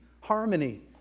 Harmony